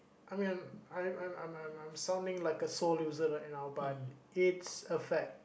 I mean I I'm I'm I'm I'm sounding like a sore loser right now but it's a fact